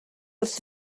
wrth